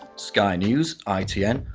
sky news, itn.